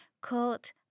caught